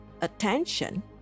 attention